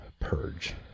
purge